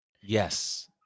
Yes